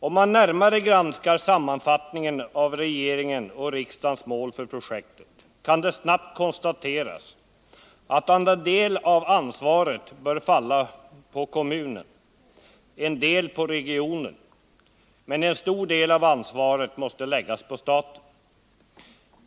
Om man närmare granskar sammanfattningen av regeringens och riksdagens mål för projektet, kan det snart konstateras att en del av ansvaret bör falla på kommunen, en del på regionen, men en stor del på staten.